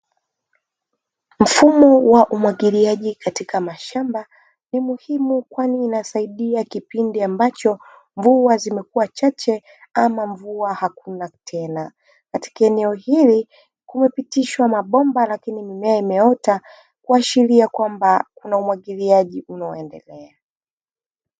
Mfumo wa umwagiliaji katika mashamba ni muhimu kwani inasaidia kipindi ambacho mvua zimekua chache, ama mvua hakuna tena. Katika eneo hili kumepitishwa mabomba, lakini mimea imeota kuashiria kwamba kuna umwagiliaji unaendelea.